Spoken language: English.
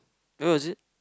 where was it